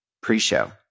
pre-Show